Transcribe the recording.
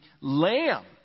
lamb